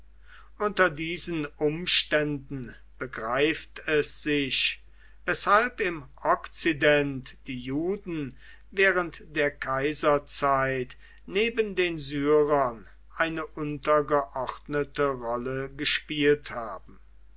unter diesen umständen begreift es sich weshalb im okzident die juden während der kaiserzeit neben den syrern eine untergeordnete rolle gespielt haben